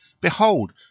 behold